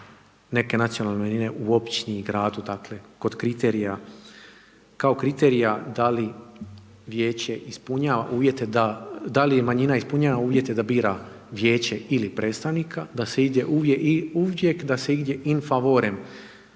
neke nacionalne manjine u općini i gradu, dakle, kod kriterija, kao kriterija da li vijeće ispunjava uvjete da, da li manjina ispunjava uvjete da bira vijeće ili predstavnika, da se uvijek ide in favorem